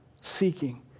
seeking